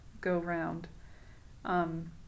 go-round